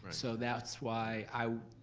so that's why i,